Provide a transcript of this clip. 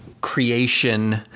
creation